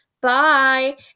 Bye